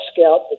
Scout